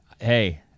hey